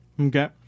Okay